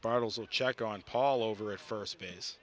bottles of check on paul over at first base